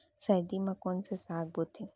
सर्दी मा कोन से साग बोथे?